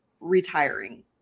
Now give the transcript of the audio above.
retiring